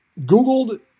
Googled